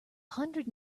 hundred